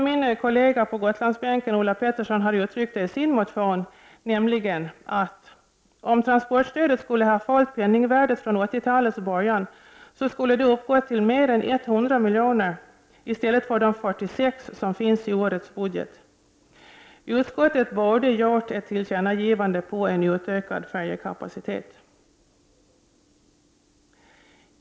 Min kollega på Gotlandsbänken har uttryckt detta i sin motion på följande sätt: Om transportstödet skulle ha följt penningvärdet från 80-talets början, skulle det uppgått till mer än 100 milj.kr. i stället för 46 milj.kr. i årets budget. Utskottet borde gjort ett tillkännagivande om en utökad färjekapacitet.